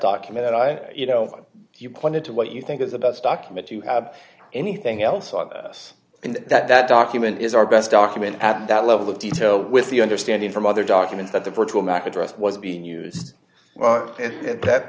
document and i you know you pointed to what you think is the best document you have anything else on us and that that document is our best document at that level of detail with the understanding from other documents that the virtual mac address was being used at that